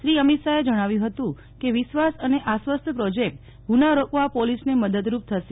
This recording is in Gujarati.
શ્રી અમિત શાહે જણાવ્યુ હતું કે વિશ્વાસ અને આશ્વસ્ત પ્રોજેક્ટ ગુ ના રોકવા પોલીસને મદદરૂપ થશે